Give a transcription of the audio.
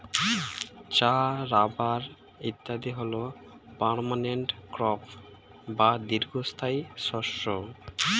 চা, রাবার ইত্যাদি হল পার্মানেন্ট ক্রপ বা দীর্ঘস্থায়ী শস্য